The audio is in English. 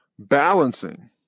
Balancing